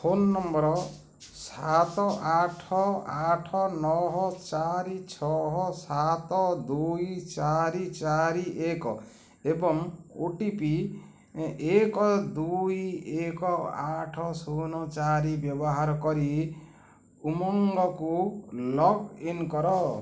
phone number ସାତ ଆଠ ଆଠ ନଅ ଚାରି ଛଅ ସାତ ଦୁଇ ଚାରି ଚାରି ଏକ ଏବଂ ଓ ଟି ପି ଏକ ଦୁଇ ଏକ ଆଠ ଶୂନ ଚାରି ବ୍ୟବହାର କରି ଉମଙ୍ଗକୁ ଲଗ୍ଇନ୍ କର